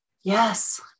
yes